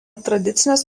tradicinės